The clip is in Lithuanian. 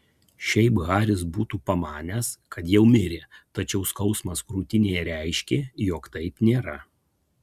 šiaip haris būtų pamanęs kad jau mirė tačiau skausmas krūtinėje reiškė jog taip nėra